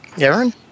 Aaron